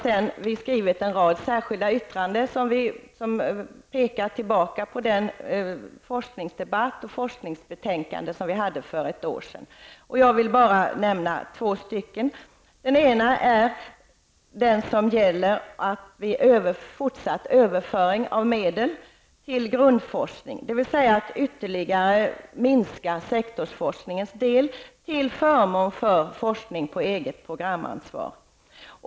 Dessutom har vi skrivit en rad särskilda yttranden, där vi hänvisar till den forskningsdebatt och det forskningsbetänkande som vi hade för ett år sedan. Jag vill här bara nämna två av dessa yttranden. Det ena gäller fortsatt överföring av medel till grundforskning, dvs. att man ytterligare skall minska sektorsforskningens del till förmån för forskning på eget programansvar.